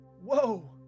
whoa